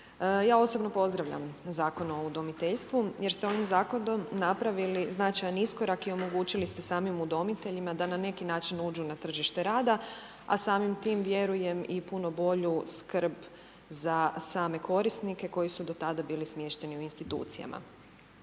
Ja osobno pozdravljam Zakon o udomiteljstvu jer ste ovim Zakonom napravili značajan iskorak i omogućili ste samim udomiteljima da na neki način uđu na tržište rada, a samim tim vjerujem i puno bolju skrb za same korisnike koji su do tada bili smješteni u institucijama.